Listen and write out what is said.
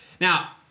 Now